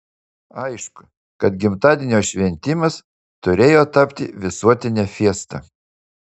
aišku kad gimtadienio šventimas turėjo tapti visuotine fiesta